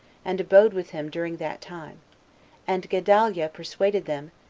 and abode with him during that time and gedaliah persuaded them,